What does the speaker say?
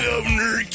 Governor